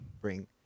bring